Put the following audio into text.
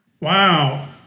Wow